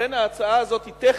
לכן ההצעה הזאת היא טכנית,